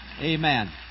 Amen